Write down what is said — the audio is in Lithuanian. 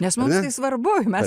nes mums tai svarbu mes